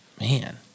Man